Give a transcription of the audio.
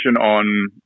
on